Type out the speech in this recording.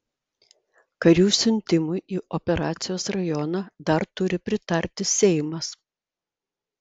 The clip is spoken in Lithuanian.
karių siuntimui į operacijos rajoną dar turi pritarti seimas